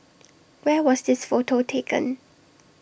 where was this photo taken